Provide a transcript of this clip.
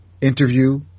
interview